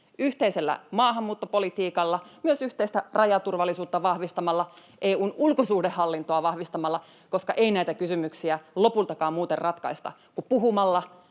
yhteisellä maahanmuuttopolitiikalla, myös yhteistä rajaturvallisuutta vahvistamalla, EU:n ulkosuhdehallintoa vahvistamalla, koska ei näitä kysymyksiä lopultakaan muuten ratkaista kuin puhumalla,